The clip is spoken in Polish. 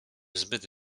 zbyt